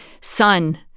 son